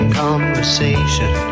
conversation